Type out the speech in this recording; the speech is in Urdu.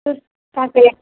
پھر کا کیا